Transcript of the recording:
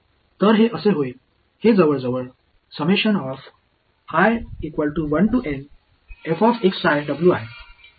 तर हे असे होईल हे जवळजवळ